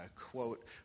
quote